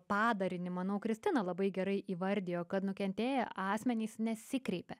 padarinį manau kristina labai gerai įvardijo kad nukentėję asmenys nesikreipia